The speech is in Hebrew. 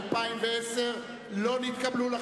(תמיכות לקבורה אזרחית, סעיף חדש), לא נתקבלה.